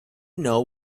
know